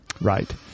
Right